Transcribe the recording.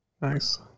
Nice